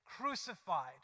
crucified